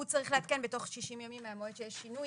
הוא צריך לעדכן בתוך 60 ימים מהמועד שיש שינוי,